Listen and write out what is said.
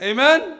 Amen